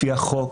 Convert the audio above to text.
לפי החוק,